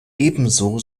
ebenso